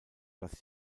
das